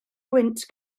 gwynt